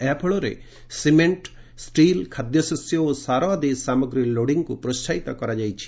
ଏହାଫଳରେ cement steel ଖାଦ୍ୟଶସ୍ୟ ଓ ସାର ଆଦି ସାମଗ୍ରୀ ଲୋଡ଼ିଂକୁ ପ୍ରୋହାହିତ କରାଯାଇଛି